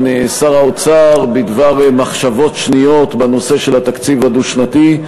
שר האוצר בדבר מחשבות שניות בנושא התקציב הדו-שנתי.